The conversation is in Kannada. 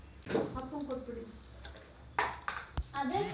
ಫೈನಾನ್ಸಿಯಲ್ ಸರ್ವಿಸ್ ಆರ್ಥಿಕತೆಯ ಮೂರನೇ ವಲಯವಗಿದೆ